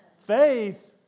Faith